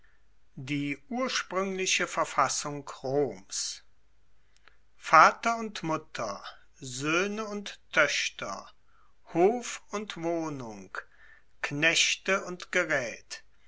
die urspruengliche verfassung roms vater und mutter soehne und toechter hof und wohnung knechte und geraet